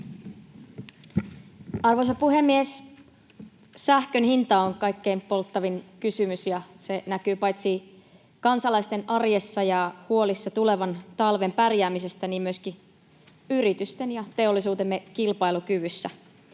Arvoisa puhemies! Sähkön hinta on kaikkein polttavin kysymys, ja se näkyy paitsi kansalaisten arjessa ja huolissa tulevan talven pärjäämisestä myöskin yritysten ja teollisuutemme kilpailukyvyssä.